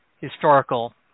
historical